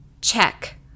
Check